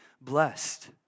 blessed